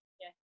yes